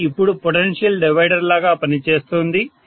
ఇది ఇప్పుడు పొటెన్షియల్ డివైడర్గా పనిచేస్తోంది